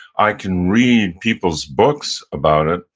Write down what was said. i can read people's books about it,